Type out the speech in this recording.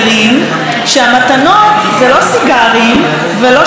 המתנות זה לא סיגרים ולא שמפניה,